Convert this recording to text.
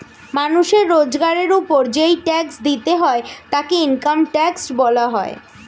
মানুষের রোজগারের উপর যেই ট্যাক্স দিতে হয় তাকে ইনকাম ট্যাক্স বলা হয়